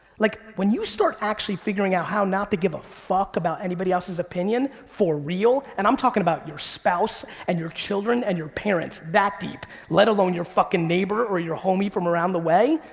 like when you start actually figuring out how not to give a fuck about anybody else's opinion for real, and i'm talking about your spouse, and your children, and your parents, that deep, let alone your fucking neighbor or your homie from around the way,